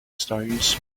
stones